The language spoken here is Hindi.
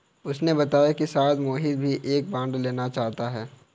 उसने बताया कि शायद मोहित भी एक बॉन्ड लेना चाहता है